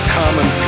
common